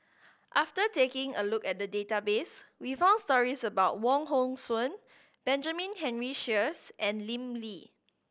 after taking a look at the database we found stories about Wong Hong Suen Benjamin Henry Sheares and Lim Lee